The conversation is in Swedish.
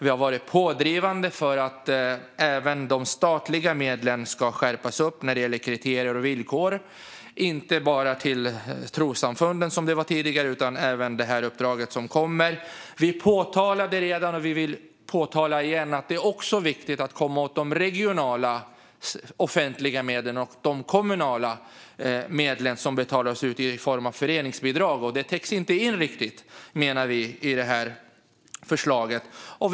Vi har varit pådrivande för att kriterier och villkor ska skärpas även för de statliga medlen - inte bara till trossamfunden, som det var tidigare, utan det gäller även det uppdrag som kommer. Vi har redan påpekat - och vi vill påpeka igen - att det också är viktigt att komma åt de regionala offentliga medel och de kommunala medel som betalas ut i form av föreningsbidrag. Det täcks inte riktigt in i detta förslag, menar vi.